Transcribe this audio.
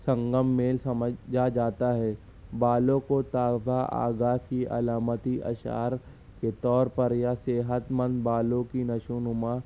سنگم میں سمجھا جاتا ہے بالوں کو تازہ اعضاء کی علامتی اشعار کے طور پر یا صحت مند بالوں کی نشو نماں